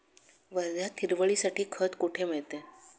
वर्ध्यात हिरवळीसाठी खत कोठे मिळतं?